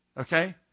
Okay